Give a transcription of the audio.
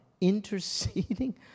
interceding